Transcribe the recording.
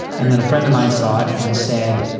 and then a friend of mine saw it and said,